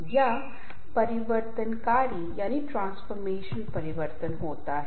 और यहाँ यह कुछ ऐसा है जो कह सकता है कि ये कई अंतरंग संबंध बहुत करीबी रिश्ते हैं